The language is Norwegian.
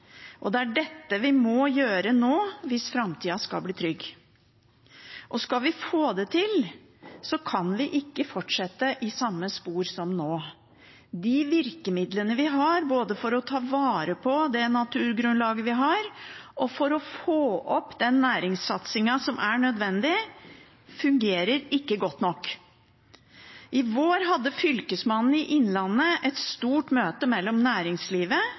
innlandet. Det er dette vi må gjøre nå hvis framtida skal bli trygg. Skal vi få det til, kan vi ikke fortsette i det samme sporet som nå. De virkemidlene vi har, både for å ta vare på det naturgrunnlaget vi har, og for å få opp den næringssatsingen som er nødvendig, fungerer ikke godt nok. I vår hadde Fylkesmannen i Innlandet et stort møte med næringslivet